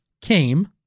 came